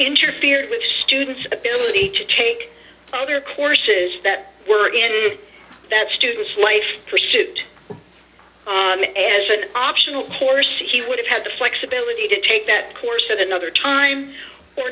interfered with students ability to take other courses that were in that student's life pursuit as an optional course he would have had the flexibility to take that course of another time or